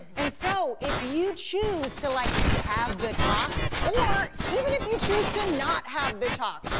and so, if you choose to like have the talk, or even if you choose to not have the talk,